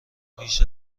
بیش